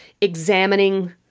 examining